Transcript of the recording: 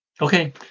Okay